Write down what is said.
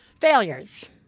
Failures